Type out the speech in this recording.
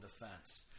defense